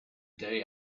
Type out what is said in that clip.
day